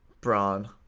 Braun